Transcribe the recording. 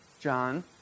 John